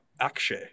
Akshay